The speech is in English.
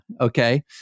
okay